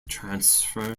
transfer